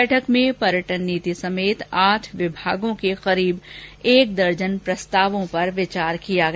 बैठक में पर्यटन नीति समेत आठ विभागों के लगभग एक दर्जन प्रस्तावों पर विचार किया गया